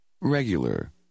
Regular